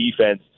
defense